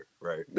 right